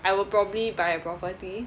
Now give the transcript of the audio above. I will probably by a property